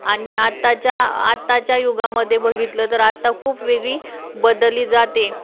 आणि आत्ताच्या आत्ताच्या युगामध्ये बघितलं तर आत्ता खूप वेगळी बदलली जाते